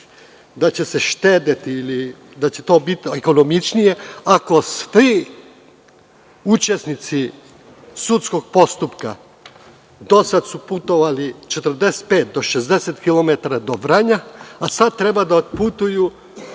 da će se štedeti ili da će to biti ekonomičnije, ako svi učesnici sudskog postupka, su dosad putovali 45 do 60 kilometara do Vranja, a sad treba da otputuju